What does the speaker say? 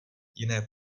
jiné